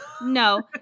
No